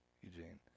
Eugene